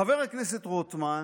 חבר הכנסת רוטמן,